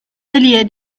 earlier